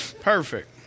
Perfect